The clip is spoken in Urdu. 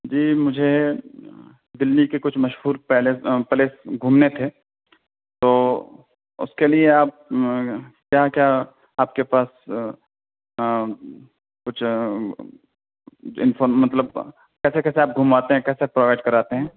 جی مجھے دلی کے کچھ مشہور پیلس پلیس گھومنے تھے تو اس کے لیے آپ کیا کیا آپ کے پاس کچھ انفور مطلب کیسے کیسے آپ گھماتے ہیں کیسے پرووائڈ کراتے ہیں